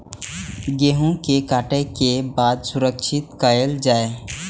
गेहूँ के काटे के बाद सुरक्षित कायल जाय?